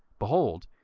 behold,